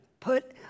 Put